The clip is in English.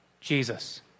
Jesus